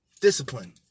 discipline